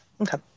Okay